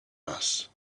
mass